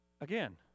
Again